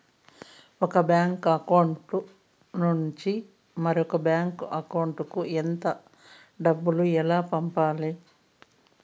ఒక bank account నుంచి మరొక బ్యాంకు అకౌంట్ కు ఎంత డబ్బు ఎలా పంపాలి